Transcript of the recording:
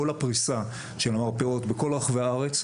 ואנחנו מדברים על כל הפריסה של מרפאות בכל רחבי הארץ,